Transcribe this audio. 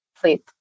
sleep